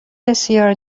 بسیار